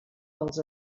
pels